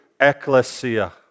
ecclesia